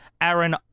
Aaron